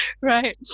Right